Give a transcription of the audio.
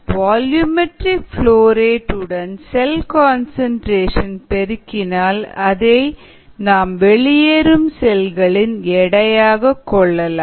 volumetric flow rate உடன் cell concentration பெருக்கினால் அதை நாம் வெளியேறும் செல்களின் எடையாக கொள்ளலாம்